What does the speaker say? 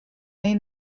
may